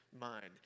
mind